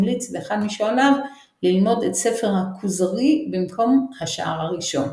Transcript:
המליץ לאחד משואליו ללמוד את ספר הכוזרי במקום השער הראשון.